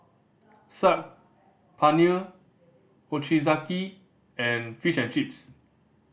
Saag Paneer Ochazuke and Fish and Chips